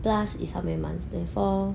plus is how many months twenty four